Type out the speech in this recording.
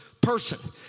person